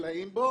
נפלאים בו.